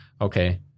okay